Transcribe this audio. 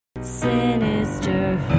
Sinister